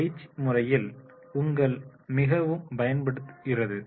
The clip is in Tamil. பயிற்சி முறையில் உங்கள் மிகவும் பயன்படுகிறது